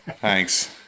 Thanks